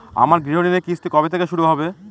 আমার গৃহঋণের কিস্তি কবে থেকে শুরু হবে?